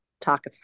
talk